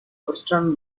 western